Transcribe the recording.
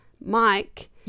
Mike